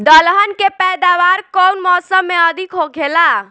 दलहन के पैदावार कउन मौसम में अधिक होखेला?